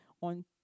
on